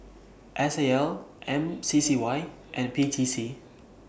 S A L M C C Y and P T C